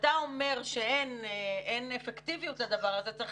כשאתה אומר שאין אפקטיביות לדבר הזה, צריך